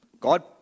God